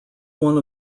one